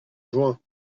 juin